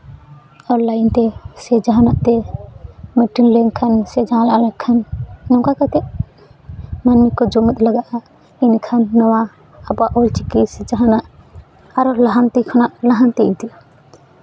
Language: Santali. ᱚᱱᱞᱟᱭᱤᱱ ᱛᱮ ᱥᱮ ᱡᱟᱦᱟᱱᱟᱜ ᱛᱮ ᱞᱮᱠᱷᱟᱱ ᱚᱱᱠᱟ ᱠᱟᱛᱮ ᱥᱟᱱᱟᱢ ᱠᱚ ᱡᱩᱢᱤᱫ ᱞᱟᱜᱟᱜᱼᱟ ᱢᱮᱱᱠᱷᱟᱱ ᱟᱵᱚᱣᱟᱜ ᱚᱞ ᱪᱤᱠᱤ ᱥᱮ ᱡᱟᱦᱟᱱᱟᱜ ᱟᱨᱚ ᱞᱟᱦᱟᱱᱛᱤ ᱠᱷᱚᱱᱟᱜ ᱞᱟᱦᱟᱱᱛᱤ ᱤᱫᱤᱜᱼᱟ